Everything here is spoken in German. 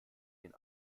den